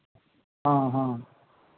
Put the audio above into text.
हँ हँ